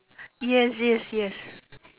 yes yes yes